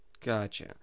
gotcha